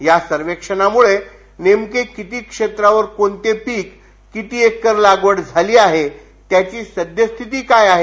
या सर्वेक्षणामुळं नेमकं किती क्षेत्रावर कोणतं पिक किती एकर लागवड झाली आहे त्याची सद्य स्थिती काय आहे